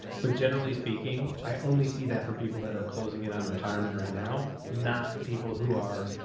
but generally speaking, i only see that for people that are closing in on retirement right now, not people who are.